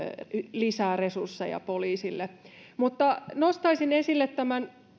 lisää resursseja poliisille nostaisin esille tämän